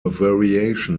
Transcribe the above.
variation